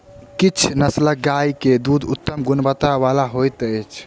किछ नस्लक गाय के दूध उत्तम गुणवत्ता बला होइत अछि